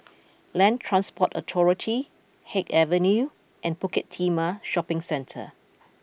Land Transport Authority Haig Avenue and Bukit Timah Shopping Centre